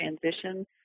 transition